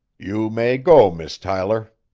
you may go, miss tyler.